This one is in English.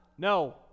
No